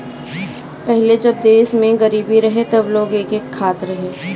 पहिले जब देश में गरीबी रहे तब लोग एके खात रहे